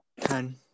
ten